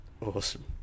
Awesome